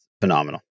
phenomenal